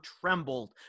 trembled